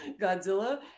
Godzilla